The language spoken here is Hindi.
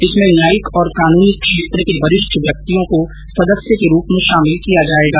इसमें न्यायिक और कानूनी क्षेत्र के वरिष्ठ व्यक्तियों को सदस्य के रूप में शामिल किया जाएगा